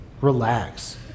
Relax